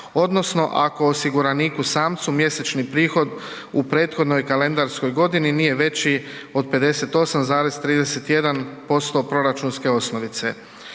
odnosno ako osiguraniku samcu mjesečni prihod u prethodnoj kalendarskoj godini nije veći od 58,31% proračunske osnovice.